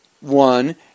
one